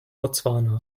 botswana